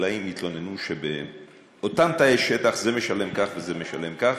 חקלאים התלוננו שבאותם תאי שטח זה משלם כך וזה משלם כך,